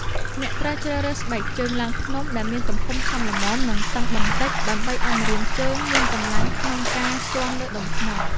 អ្នកត្រូវជ្រើសរើសស្បែកជើងឡើងភ្នំដែលមានទំហំសមល្មម និងតឹងបន្តិច ដើម្បីឱ្យម្រាមជើងមានកម្លាំងក្នុងការជាន់លើដុំថ្ម។